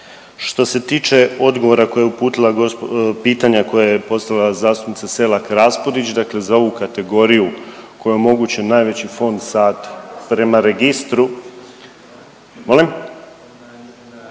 Što ste tiče odgovora koje je uputila, pitanja koje je postavila zastupnica Selak Raspudić, dakle za ovu kategoriju kojoj je omogućen najveći fond sati. Prema registru, molim,